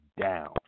down